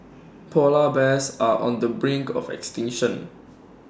Polar Bears are on the brink of extinction